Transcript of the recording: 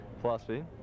Philosophy